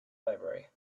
library